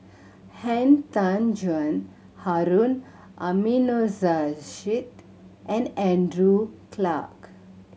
Han Tan Juan Harun Aminurrashid and Andrew Clarke